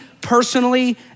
personally